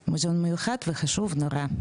שזה משהו מיוחד וחשוב נורא.